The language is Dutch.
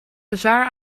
bezwaar